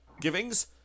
givings